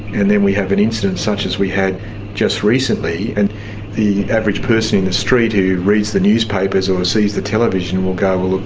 and then we have an incident such as we had just recently and the average person in the street who reads the newspapers or sees the television will go, um